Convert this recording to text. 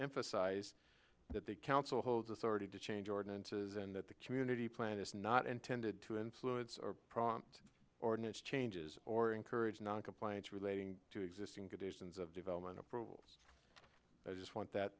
emphasise that the council holds authority to change ordinances and that the community plan is not intended to influence or prompt ordinance changes or encourage noncompliance relating to existing conditions of development approvals i just want that